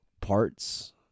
parts